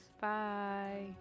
bye